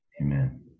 Amen